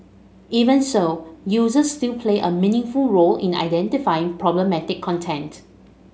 even so users still play a meaningful role in identifying problematic content